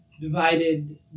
divided